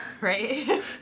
Right